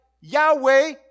Yahweh